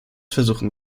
versuchen